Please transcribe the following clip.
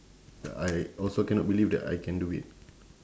I also cannot believe that I can do it